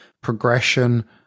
progression